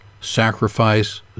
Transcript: Sacrifice